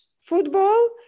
football